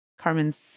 Carmen's